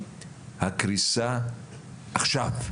הקריסה עכשיו,